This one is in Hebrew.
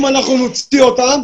אם אנחנו נוציא אותם,